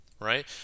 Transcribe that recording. right